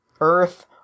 Earth